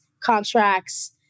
contracts